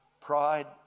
pride